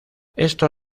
esto